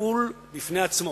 נעול בפני עצמו,